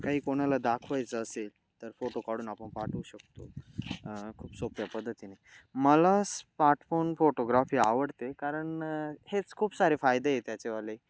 काही कोणाला दाखवायचं असेल तर फोटो काढून आपण पाठवू शकतो खूप सोप्या पद्धतीने मला स्मार्टफोन फोटोग्राफी आवडते कारण हेच खूप सारे फायदे आहे त्याचेवाले